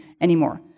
anymore